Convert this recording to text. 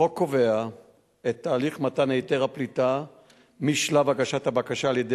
החוק קובע את תהליך מתן היתר הפליטה משלב הגשת הבקשה על-ידי